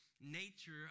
nature